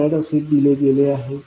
1 F असे दिले गेले आहे